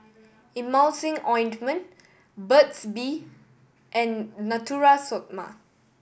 Emulsying Ointment Burt's Bee and Natura Stoma